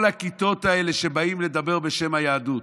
כל הכיתות האלה שבאות לדבר בשם היהדות.